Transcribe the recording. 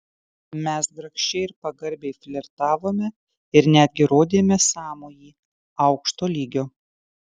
mes grakščiai ir pagarbiai flirtavome ir netgi rodėme sąmojį aukšto lygio